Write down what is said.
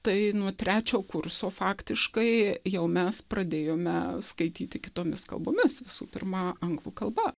tai nuo trečio kurso faktiškai jau mes pradėjome skaityti kitomis kalbomis visų pirma anglų kalba